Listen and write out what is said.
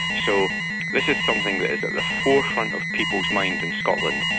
so this is something that is at the forefront of people's minds in scotland.